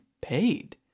paid